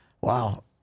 Wow